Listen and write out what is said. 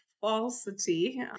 falsity